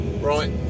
right